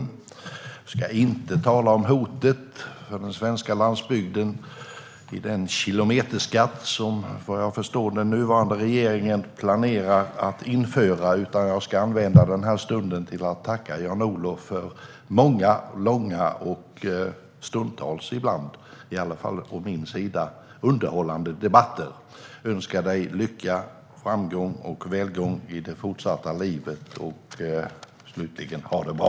Jag ska inte heller tala om hotet mot den svenska landsbygden i den kilometerskatt som, vad jag förstår, den nuvarande regeringen planerar att införa, utan jag ska använda den här stunden till att tacka Jan-Olof för många, långa och stundtals, i alla fall i mitt tycke, underhållande debatter. Jag önskar dig lycka, framgång och välgång i det fortsatta livet. Ha det bra!